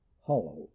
hollow